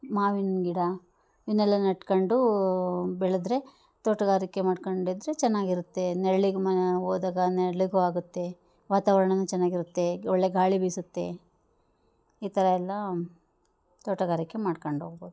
ಮಾವಿನ ಗಿಡ ಇವನ್ನೆಲ್ಲ ನೆಟ್ಕೊಂಡು ಬೆಳೆದ್ರೆ ತೋಟಗಾರಿಕೆ ಮಾಡ್ಕೊಂಡಿದ್ರೆ ಚೆನ್ನಾಗಿರುತ್ತೆ ನೆರಳಿಗ್ ಮ ಹೋದಾಗ ನೆರಳಿಗು ಆಗುತ್ತೆ ವಾತಾವರ್ಣನೂ ಚೆನ್ನಾಗಿರುತ್ತೆ ಒಳ್ಳೆ ಗಾಳಿ ಬಿಸುತ್ತೆ ಈ ಥರ ಎಲ್ಲ ತೋಟಗಾರಿಕೆ ಮಾಡ್ಕೊಂಡೋಗ್ಬೌದು